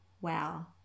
wow